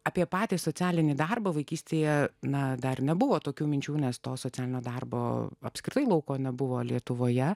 apie patį socialinį darbą vaikystėje na dar nebuvo tokių minčių nes to socialinio darbo apskritai lauko nebuvo lietuvoje